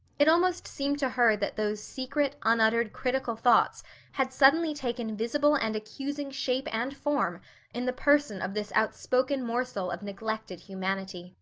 it almost seemed to her that those secret, unuttered, critical thoughts had suddenly taken visible and accusing shape and form in the person of this outspoken morsel of neglected humanity.